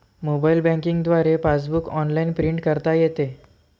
mobile banking द्वारे passbook online print करता येते